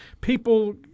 people